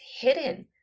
hidden